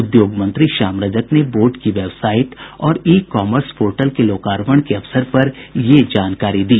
उद्योग मंत्री श्याम रजक ने बोर्ड की वेबसाईट और ई कॉमर्स पोर्टल के लोकार्पण के अवसर पर यह जानकारी दी